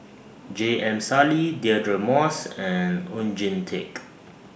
J M Sali Deirdre Moss and Oon Jin Teik